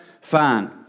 fine